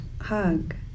hug